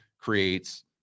creates